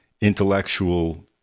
intellectual